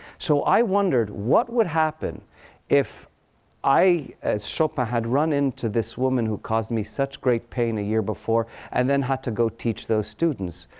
so i wondered, what would happen if i, as chopin, had run into this woman who'd caused me such great pain a year before and then had to go teach those students?